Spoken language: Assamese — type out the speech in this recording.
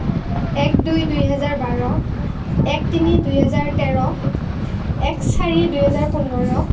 এক দুই দুই হেজাৰ বাৰ এক তিনি দুই হেজাৰ তেৰ এক চাৰি দুই হেজাৰ পোন্ধৰ